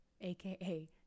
aka